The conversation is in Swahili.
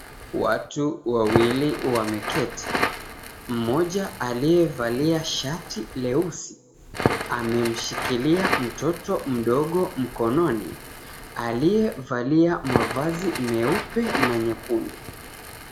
Watu wawili wameketi. Mmoja aliyevalia shati leusi amemshikilia mtoto mdogo mkononi aliyevalia mavazi meupe na nyekundu.